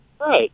Right